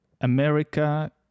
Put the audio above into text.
America